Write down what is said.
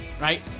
right